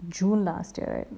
june last year right